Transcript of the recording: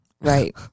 right